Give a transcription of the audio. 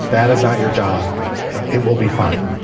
that is not your job and it will be fine.